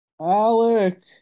Alex